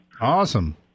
awesome